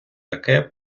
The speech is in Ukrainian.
таке